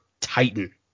titan